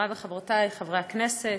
חברי וחברותי חברי הכנסת,